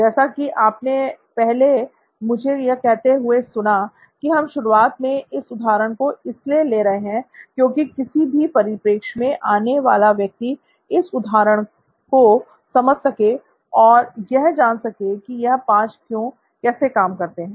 जैसा कि आपने पहले मुझे यह कहते हुए सुना कि हम शुरुआत में इस उदाहरण को इसलिए ले रहे हैं कि क्योंकि किसी भी परिपेक्ष से आने वाला व्यक्ति इस उदाहरण को समझ सके और यह जान सके कि यह "5 क्यों" कैसे काम करते हैं